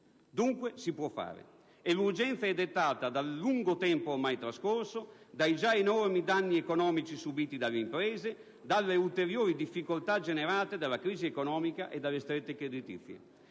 Dunque, si può fare. E l'urgenza è dettata dal lungo tempo ormai trascorso, dai già enormi danni economici subiti dalle imprese, dalle ulteriori difficoltà generate dalla crisi economica e dalle strette creditizie.